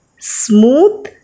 smooth